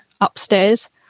upstairs